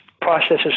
processes